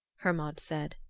hermod said.